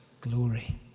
glory